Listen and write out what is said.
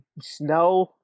Snow